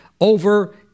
over